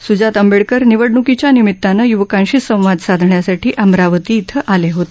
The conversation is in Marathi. स्जात आंबेडकर निवडण्कीच्या निमितानं य्वकांशी संवाद साधण्यासाठी अमरावती इथं आले होते